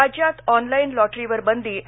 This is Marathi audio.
राज्यात ऑनलाईन लॉटरीवर बंदी आणि